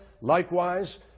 Likewise